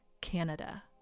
Canada